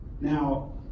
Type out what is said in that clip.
Now